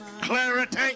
clarity